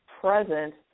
present